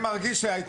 (הישיבה נפסקה בשעה 10:02 ונתחדשה בשעה 10:07.) אני עובר להצבעה.